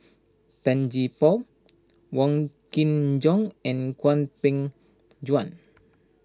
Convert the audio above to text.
Tan Gee Paw Wong Kin Jong and Hwang Peng Yuan